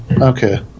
Okay